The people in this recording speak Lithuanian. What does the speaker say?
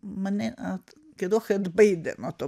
mane at gerokai atbaidė nuo to